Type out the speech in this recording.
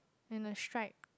and I strike